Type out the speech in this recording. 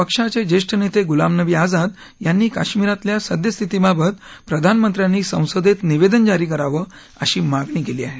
पक्षाचे ज्येष्ठ नेते गुलाम नबी आझाद यांनी काश्मीरातल्या सद्यस्थितीबाबत प्रधानमंत्र्यांनी संसदेत निवेदन जारी करावं अशी मागणी केली आहे